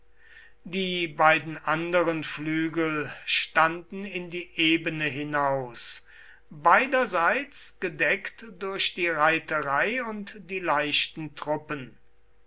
die beiden anderen flügel standen in die ebene hinaus beiderseits gedeckt durch die reiterei und die leichten truppen